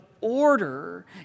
order